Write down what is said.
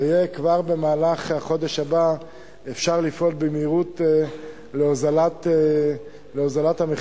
וכבר במהלך החודש הבא יהיה אפשר לפעול במהירות להוזלת המחירים.